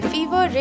Fever